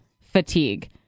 fatigue